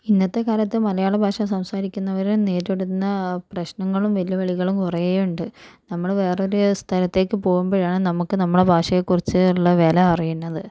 ഇന്നത്തെ കാലത്ത് മലയാള ഭാഷ സംസാരിക്കുന്നവർ നേരിടുന്ന പ്രശ്നങ്ങളും വെല്ലുവിളികളും കുറെ ഉണ്ട് നമ്മൾ വേറെ ഒരു സ്ഥലത്തേക്ക് പോകുമ്പോഴാണ് നമുക്ക് നമ്മുടെ ഭാഷയെ കുറിച്ചുള്ള വില അറിയുന്നത്